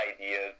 ideas